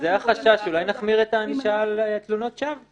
זה החשש, אולי נחמיר את הענישה על תלונות שווא.